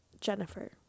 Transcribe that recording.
Jennifer